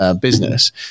business